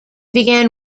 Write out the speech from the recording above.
began